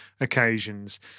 occasions